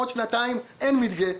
בעוד שנתיים אין מדגה.